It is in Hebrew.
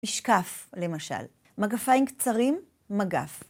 אשקף למשל, מגפיים קצרים, מגף.